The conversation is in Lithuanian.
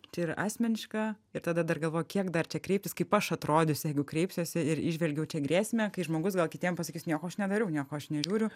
čia yra asmeniška ir tada dar galvoju kiek dar čia kreiptis kaip aš atrodysiu jeigu kreipsiuosi ir įžvelgiau čia grėsmę kai žmogus gal kitiem pasakys nieko aš nedariau nieko aš nežiūriu